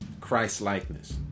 Christ-likeness